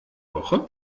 woche